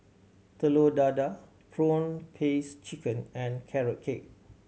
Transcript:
Telur Dadah prawn paste chicken and Carrot Cake